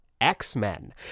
X-Men